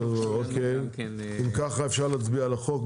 אם ככה אפשר להצביע על החוק.